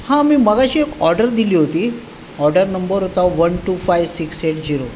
हां मी मग एक ऑर्डर दिली होती ऑर्डर नंबर होता one two five six eight zero